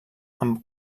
amb